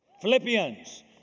Philippians